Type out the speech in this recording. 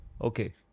Okay